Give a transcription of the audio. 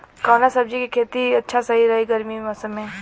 कवना सब्जी के खेती अच्छा रही गर्मी के मौसम में?